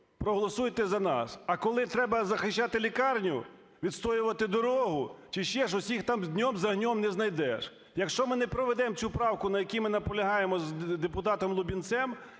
проголосуйте за нас. А коли треба захищати лікарню, відстоювати дорогу чи ще щось – їх там днем с огнем не знайдеш. Якщо ми не проведемо цю правку, на якій ми наполягаємо з депутатом Лубінцем